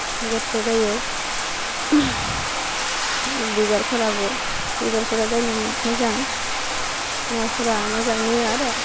गथ्थे गायो बिबारफोराबो बिबारफ्रा गायनाबो मोजां न'फोरा मोजाङै आरो